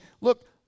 look